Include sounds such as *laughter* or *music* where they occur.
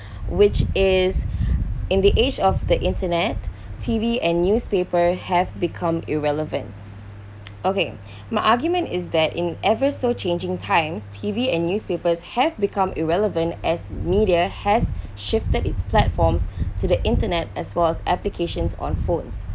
*breath* which is in the age of the internet T_V and newspaper have become irrelevant okay my argument is that in ever so changing times T_V and newspapers have become irrelevant as media has shifted its platforms to the internet as well as applications on phones